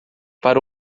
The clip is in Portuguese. para